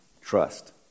trust